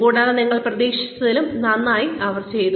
കൂടാതെ നിങ്ങൾ പ്രതീക്ഷിച്ചതിലും നന്നായി അവർ ചെയ്യുന്നു